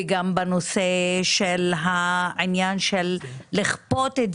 וגם בעניין של הכפייה של